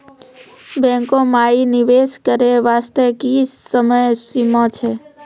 बैंको माई निवेश करे बास्ते की समय सीमा छै?